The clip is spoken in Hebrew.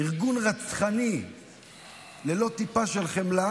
ארגון רצחני ללא טיפה של חמלה,